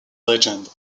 legend